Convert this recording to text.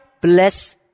bless